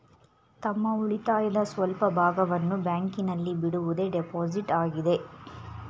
ತಮ್ಮ ಉಳಿತಾಯದ ಸ್ವಲ್ಪ ಭಾಗವನ್ನು ಬ್ಯಾಂಕಿನಲ್ಲಿ ಬಿಡುವುದೇ ಡೆಪೋಸಿಟ್ ಆಗಿದೆ